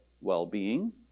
well-being